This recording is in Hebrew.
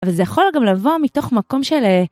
אבל זה יכול גם לבוא מתוך מקום של...